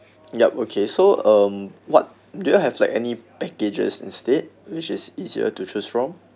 yup okay so um what do you have like any packages instead which is easier to choose from